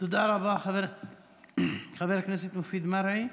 תודה רבה, חבר הכנסת מופיד מרעי.